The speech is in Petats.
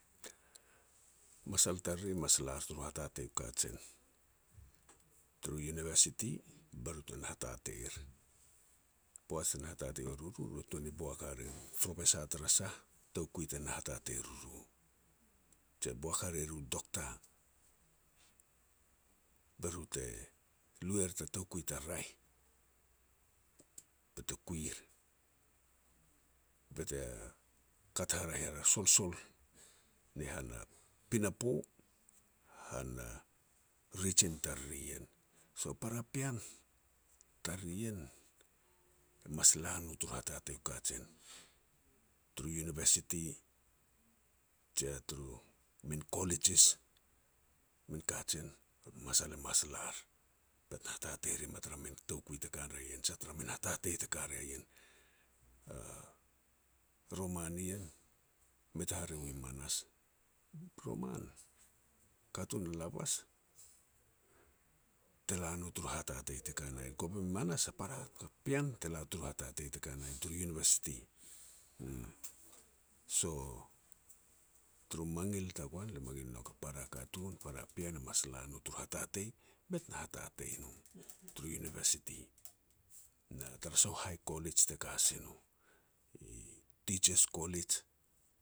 Masal tariri mas lar tur hatatei u kajen, turu University, be ru te na hatateir. Poaj te na hatatei ua ruru, be ru te tuan ni boak hare ru Professor tara sa toukui te na hatatei er ruru, je boak hare ru Doctor be ru te lu er ta toukui ta raeh, bete kuir, bete kat haraeh er a solsol ni hana pinapo, hana Region tariri ien. So para pean tariri ien e mas la no turu hatatei u kajen, turu University, jia turu min Colleges min kajen. Masal e mas lar bet na hatatei rim a tara min toukui te ka ria ien, je tar a min hatatei teka ria ien. Roman i ien, mei ta hare mi manas. Roman, katun a lavas te la no turu hatatei te ka na ien, kovi manas a para pean te la turu hatatei te ka na ien, turu University. So, turu mangil tagoan, le mangil nok a para katun para pean, mas la no tur hatatei, bet na hatatei, no turu Universty, na turu sah u hai College te ka si no, Teachers' College